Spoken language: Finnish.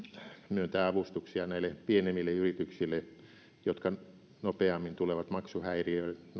myöntää avustuksia näille pienemmille yrityksille joille nopeammin tulee maksuhäiriöitä